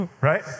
right